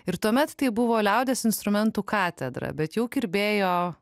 ir tuomet tai buvo liaudies instrumentų katedra bet jau kirbėjo